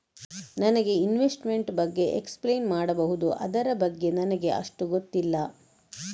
ನನಗೆ ಇನ್ವೆಸ್ಟ್ಮೆಂಟ್ ಬಗ್ಗೆ ಎಕ್ಸ್ಪ್ಲೈನ್ ಮಾಡಬಹುದು, ಅದರ ಬಗ್ಗೆ ನನಗೆ ಅಷ್ಟು ಗೊತ್ತಿಲ್ಲ?